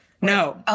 No